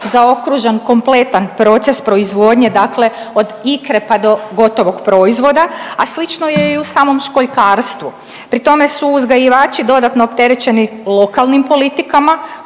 zaokružen kompletan proces proizvodnje, dakle od ikre pa do gotovog proizvoda, a slično je i u samom školjkarstvu. Pri tome su uzgajivači dodatno opterećeni lokalnim politikama